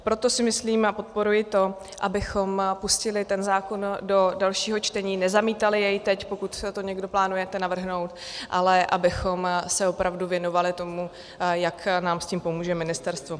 Proto si myslím a podporuji to, abychom pustili zákon do dalšího čtení, nezamítali jej teď, pokud se to někdo plánujete navrhnout, ale abychom se opravdu věnovali tomu, jak nám s tím pomůže ministerstvo.